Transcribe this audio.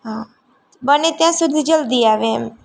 હા બને ત્યાં સુધી જલ્દી આવે એમ